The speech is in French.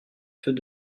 feux